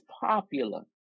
popular